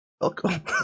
Welcome